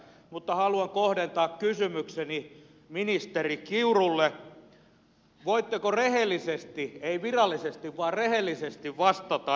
mutta haluan kohdentaa kysymykseni ministeri kiurulle voitteko rehellisesti ei virallisesti vaan rehellisesti vastata